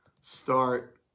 start